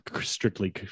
strictly